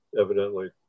evidently